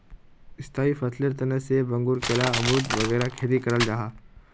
स्थाई फसलेर तने सेब, अंगूर, केला, अमरुद वगैरह खेती कराल जाहा